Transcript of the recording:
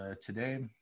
today